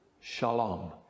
shalom